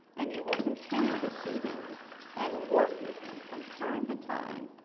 and you will continue to see him and work with him from time to time,